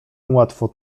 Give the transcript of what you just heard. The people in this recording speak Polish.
łatwo